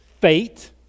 fate